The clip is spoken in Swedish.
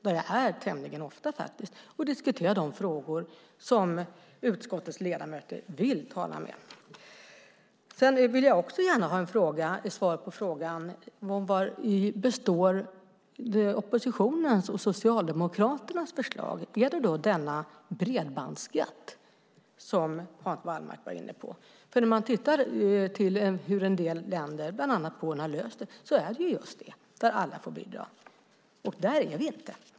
Jag är där tämligen ofta för att diskutera de frågor som utskottets ledamöter vill tala med mig om. Jag vill också gärna ha ett svar på frågan: Vari består oppositionens och Socialdemokraternas förslag? Är det denna bredbandsskatt som Hans Wallmark var inne på? När man tittar på hur en del länder, bland annat Polen, har löst det är det just det att alla får bidra. Där är vi inte.